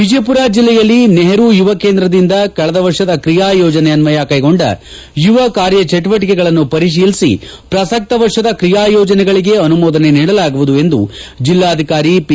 ವಿಜಯಪುರ ಜಿಲ್ಲೆಯಲ್ಲಿ ನೆಪರು ಯುವ ಕೇಂದ್ರದಿಂದ ಕಳೆದ ವರ್ಷದ ಕ್ರಿಯಾ ಯೋಜನೆಯನ್ನಯ ಕೈಗೊಂಡ ಯುವ ಕಾರ್ಯ ಚಟುವಟಿಕೆಗಳನ್ನು ಪರಿಶೀಲಿಸಿ ಪ್ರಸಕ್ತ ವರ್ಷದ ಕ್ರಿಯಾಯೋಜನೆಗಳಿಗೆ ಅನುಮೋದನೆ ನೀಡಲಾಗುವುದು ಎಂದು ಜೆಲ್ಲಾಧಿಕಾರಿ ಪಿ